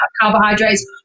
carbohydrates